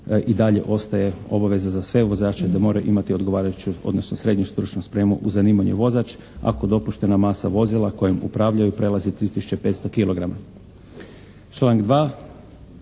i dalje ostaje obaveza za sve vozače da moraju imati odgovarajuću odnosno srednju stručnu spremu u zanimanju vozač, ako dopuštena masa vozila kojim upravljaju prelazi 3 tisuće